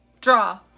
draw